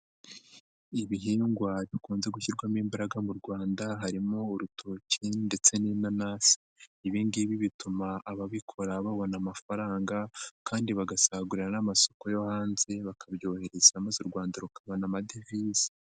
Ibihingwa bikunze gushyirwamo imbaraga mu Rwanda harimo urutoki ndetse n'inanasi, ibi ngibi bituma ababikora babona amafaranga kandi bagasagurira n'amasoko yo hanze, bakabyohereza maze u Rwanda rukabona amadevize.